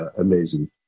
amazing